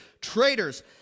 traitors